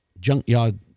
Junkyard